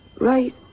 right